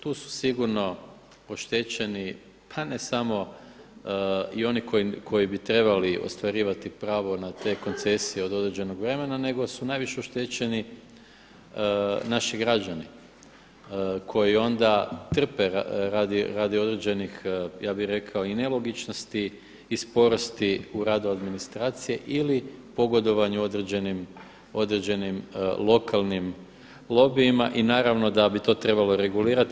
Tu su sigurno oštećeni pa ne samo i oni koji bi trebali ostvarivati pravo na te koncesije od određenog vremena nego su najviše oštećeni naši građani koji onda trpe radi određenih ja bi rekao i nelogičnosti i sporosti u radu administracije ili pogodovanju određenim lokalnim lobijima i naravno da bi to trebalo regulirati.